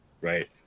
right